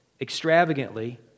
extravagantly